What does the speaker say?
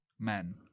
men